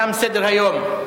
תם סדר-היום.